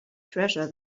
treasure